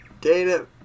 Data